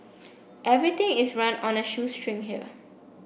everything is run on a shoestring here